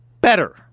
better